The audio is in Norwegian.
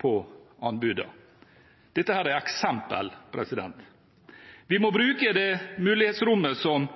på anbudene. Dette er eksempler. Vi må bruke det mulighetsrommet som